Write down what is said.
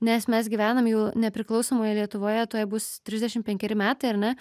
nes mes gyvenam jau nepriklausomoje lietuvoje tuoj bus trisdešim penkeri metai ar ne